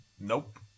Nope